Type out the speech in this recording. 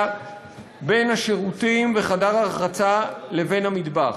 בין השירותים וחדר הרחצה לבין המטבח.